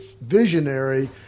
visionary